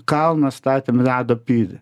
kalno statėm ledo pilį